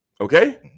okay